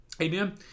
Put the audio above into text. Amen